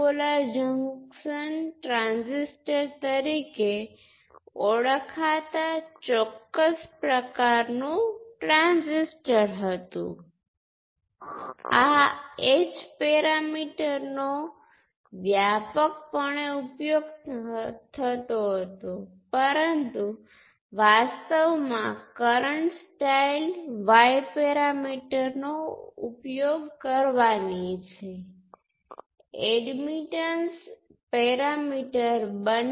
એ જ રીતે તમે આ ઇક્વિવેલન્ટ સર્કિટમાંથી કોઈપણ એકનો ઉપયોગ કરી શકો છો હવે ફરીથી તમે જે પસંદ કરો છો તે સહયોગ પર આધારિત છે